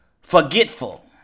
forgetful